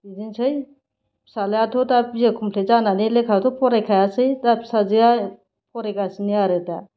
बिदिनोसै फिसाज्लायाथ' दा बि ए क'मप्लिट जानानै लेखाथ' फरायखायासै दा फिसाजोआ फरायगासिनो आरो दा